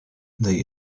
they